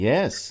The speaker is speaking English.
Yes